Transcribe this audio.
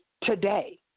today